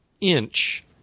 inch